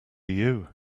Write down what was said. you